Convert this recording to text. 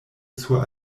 sur